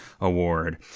award